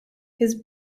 his